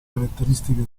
caratteristiche